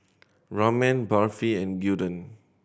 Ramen Barfi and Gyudon